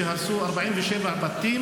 שהרסו 47 בתים,